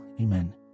amen